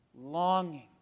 longing